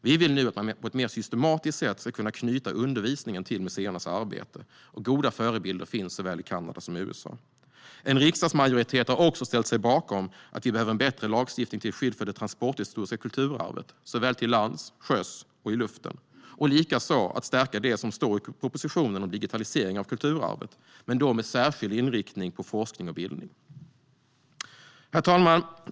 Vi vill att man på ett mer systematiskt sätt ska kunna knyta undervisningen till museernas arbete. Goda förebilder finns såväl i Kanada som i USA. En riksdagsmajoritet har också ställt sig bakom att vi behöver bättre lagstiftning till skydd för det transporthistoriska kulturarvet såväl till lands och till sjöss som i luften. Likaså att stärka det som står i propositionen om digitalisering av kulturarvet men då med särskild inriktning på forskning och bildning. Herr talman!